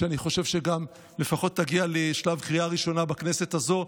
שאני חושב שגם לפחות תגיע לשלב קריאה ראשונה בכנסת הזו,